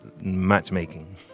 Matchmaking